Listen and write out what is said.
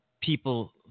people